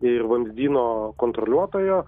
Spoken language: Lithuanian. ir vamzdyno kontroliuotojo